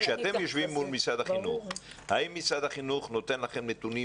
כשאתם יושבים מול משרד החינוך האם משרד החינוך נותן לכם נתונים,